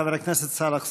חבר הכנסת סאלח סעד.